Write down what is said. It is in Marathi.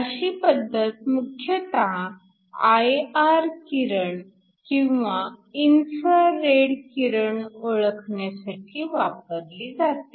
अशी पद्धत मुख्यतः I R किरण किंवा इन्फ्रा रेड किरण ओळखण्यासाठी वापरली जाते